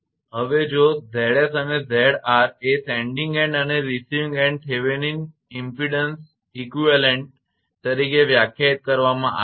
હવે જો 𝑍𝑠 અને 𝑍𝑟 એ સેન્ડીંગ એન્ડ અને રિસીવીંગ એન્ડ થેવેનિન સમકક્ષ ઇમપેડન્સ તરીકે વ્યાખ્યાયિત કરવામાં આવે છે